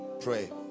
Pray